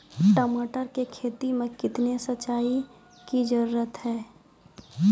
टमाटर की खेती मे कितने सिंचाई की जरूरत हैं?